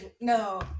no